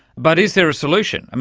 but is there a solution?